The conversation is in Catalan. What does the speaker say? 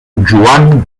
joan